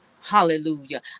Hallelujah